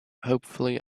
hopefully